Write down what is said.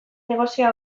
negozioa